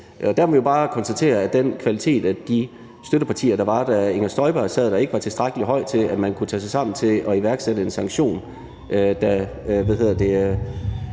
Der må vi jo bare konstatere, at kvaliteten af de støttepartier, der var, da Inger Støjberg sad, ikke var tilstrækkelig høj, til at man kunne tage sig sammen til at iværksætte en sanktion, da man kunne gøre